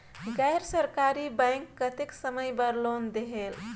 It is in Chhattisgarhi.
गैर सरकारी बैंक कतेक समय बर लोन देहेल?